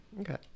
Okay